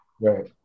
Right